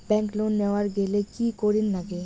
Bank loan নেওয়ার গেইলে কি করীর নাগে?